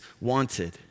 wanted